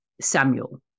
Samuel